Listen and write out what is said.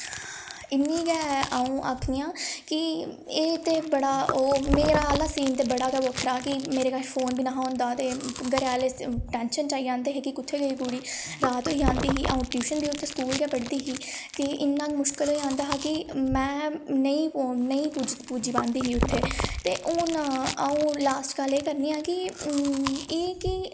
इन्नी गै अ'ऊं आक्खनी आं कि एह् ते बड़ा ओह् मेरे आह्ला सीन ते बड़ा गै बक्खरा ऐ कि मेरे कश फोन बी निं होंदा हा ते घरै आह्ले टैंशन च आई जंदे हे कि कु'त्थें गोई कुड़ी रात होई जंदी ही अ'ऊं टयूशन बी उत्थें स्कूल गै पढ़दी ही कि इन्ना मुश्कल होई जंदा हा कि में नेईं नेईं पुज्जी पांदी ही उत्थें ते हून अ'ऊं लास्ट गल्ल एह् करनी आं के एह् कि